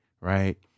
right